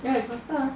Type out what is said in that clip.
yeah it's faster mah